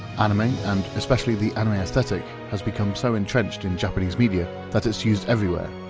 anime and especially the anime aesthetic has become so entrenched in japanese media that it's used everywhere,